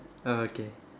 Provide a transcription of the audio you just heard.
oh okay